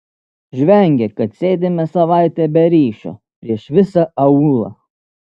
žvengia kad sėdime savaitę be ryšio prieš visą aūlą